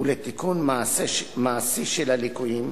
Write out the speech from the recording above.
ולתיקון מעשי של הליקויים,